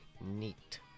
neat